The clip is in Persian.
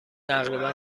تقریبا